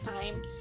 time